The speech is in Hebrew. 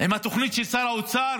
עם התוכנית של שר האוצר